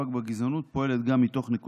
ההצבעה: 47 חברי כנסת בעד, 57 חברי כנסת נגד.